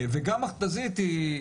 וגם מכת"זית היא,